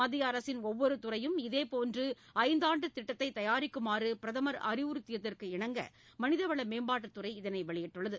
மத்திய அரசின் ஒவ்வொரு துறையும் இதுபோன்ற ஐந்தாண்டு திட்டத்தை தயாரிக்குமாறு பிரதமர் அறிவுறுத்தியதற்கு இணங்க மனிதவள மேம்பாட்டுத்துறை இதனை வெளியிட்டுள்ளது